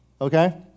Okay